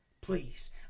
please